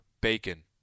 bacon